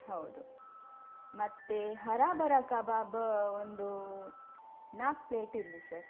ಹೌದು ಮತ್ತು ಹರಾಭರಾ ಕಬಾಬ ಒಂದು ನಾಲ್ಕು ಪ್ಲೇಟ್ ಇರಲಿ ಸರ್